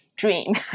Dream